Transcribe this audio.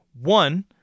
One